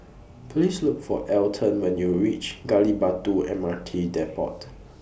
Please Look For Elton when YOU REACH Gali Batu M R T Depot